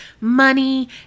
money